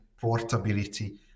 portability